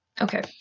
Okay